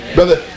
Brother